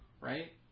right